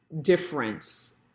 difference